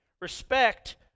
Respect